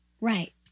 Right